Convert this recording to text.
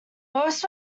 most